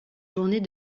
journée